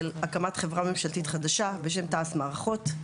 הקמת חברה ממשלתית חדשה בשם תעש מערכות,